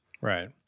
Right